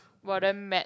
!wah! damn mad